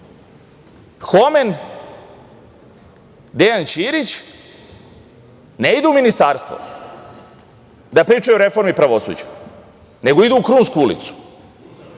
Homen, Dejan Đirić, ne idu u Ministarstvo da pričaju o reformi pravosuđa nego idu u Krunsku ulicu.